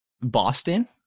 Boston